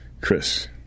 Chris